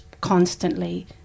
constantly